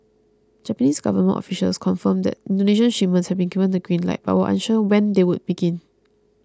Japanese government officials confirmed that Indonesian shipments had been given the green light but were unsure when they would begin